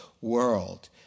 world